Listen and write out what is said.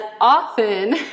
often